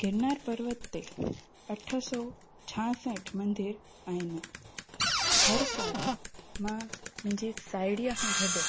गिरनार पर्बत ते अठ सौ छाहठि मंदर आहिनि हर सालु मां मुंहिंजे साहेड़ीअ खां गॾु